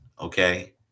okay